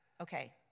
Okay